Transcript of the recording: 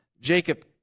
Jacob